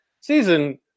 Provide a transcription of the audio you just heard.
season